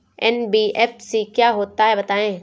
NBFC क्या होता है बताएँ?